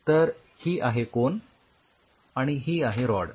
तर ही आहे कोन आणि ही आहे रॉड